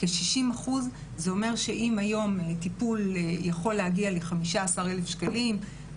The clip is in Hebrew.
זה אומר שאם היום טיפול יכול להגיע ל-15,000 שקלים,